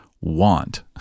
want